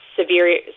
severe